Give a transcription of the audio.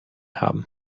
haben